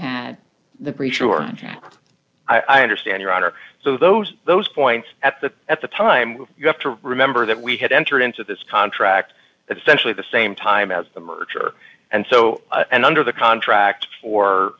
brief sure i understand your honor so those those points at the at the time you have to remember that we had entered into this contract essentially the same time as the merger and so and under the contract for